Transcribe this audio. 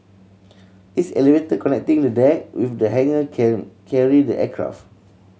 its elevator connecting the deck with the hangar can carry the aircraft